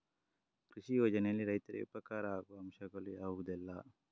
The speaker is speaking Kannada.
ಕೃಷಿ ಯೋಜನೆಯಲ್ಲಿ ರೈತರಿಗೆ ಉಪಕಾರ ಆಗುವ ಅಂಶಗಳು ಯಾವುದೆಲ್ಲ?